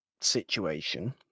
situation